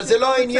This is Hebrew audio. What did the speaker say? אבל זה לא העניין.